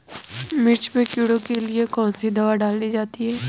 मिर्च में कीड़ों के लिए कौनसी दावा डाली जाती है?